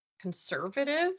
conservative